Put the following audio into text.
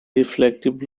reflective